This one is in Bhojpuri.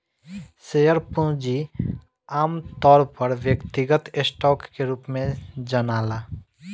शेयर पूंजी आमतौर पर पूंजीगत स्टॉक के रूप में जनाला